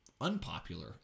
unpopular